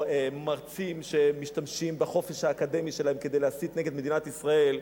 או מרצים שמשתמשים בחופש האקדמי שלהם להסית נגד מדינת ישראל,